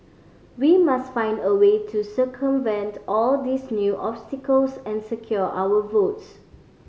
we must find a way to circumvent all these new obstacles and secure our votes